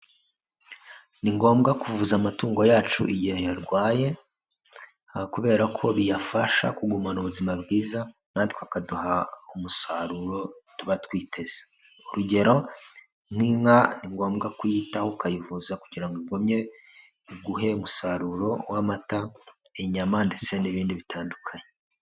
Ni ngombwa kuvuza amatungo yacu igihe yarwaye kubera ko biyafasha kugumana ubuzima bwiza, natwe akaduha umusaruro tuba twiteze. Urugero, nk'inka ni ngombwa kuyitaho ukayivuza kugira ngo igumye iguhe umusaruro w'amata, inyama ndetse n'ibindi bitandukanye.